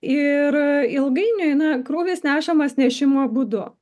ir ilgainiui na krūvis nešamas nešimo būdu